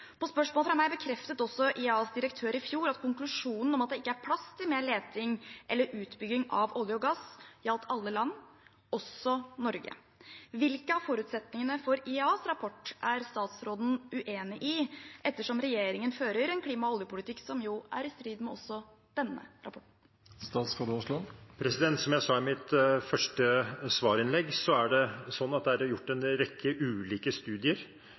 fjor at konklusjonen om at det ikke er plass til mer leting etter eller utbygging av olje og gass, gjaldt alle land – også Norge. Hvilke av forutsetningene for IEAs rapport er statsråden uenig i, ettersom regjeringen fører en klima- og oljepolitikk som er i strid med også denne rapporten? Som jeg sa i mitt første svarinnlegg, er det gjort en rekke ulike studier